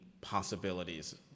possibilities